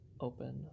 open